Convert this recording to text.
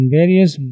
various